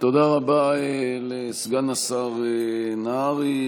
תודה רבה לסגן השר נהרי.